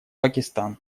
пакистан